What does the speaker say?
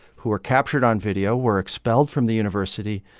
who were captured on video, were expelled from the university.